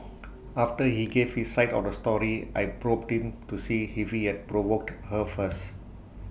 after he gave his side of the story I probed him to see if he had provoked her first